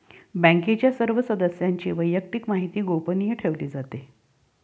बँकेच्या सर्व सदस्यांची वैयक्तिक माहिती गोपनीय ठेवली जाते